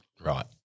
Right